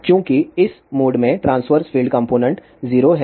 चूंकि इस मोड में ट्रांस्वर्स फील्ड कॉम्पोनेन्ट 0 हैं